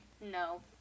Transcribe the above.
No